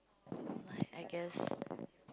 like I guess